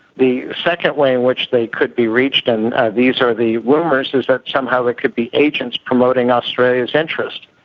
the second way in which they could be reached, and these are the rumours, is that somehow there could be agents promoting australia's interests.